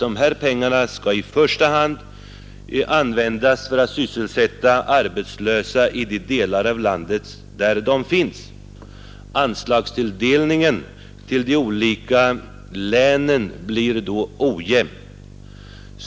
De här pengarna skall i första hand användas för att sysselsätta arbetslösa i de delar av landet där de finns. Anslagstilldelningen till de olika länen blir då ojämn.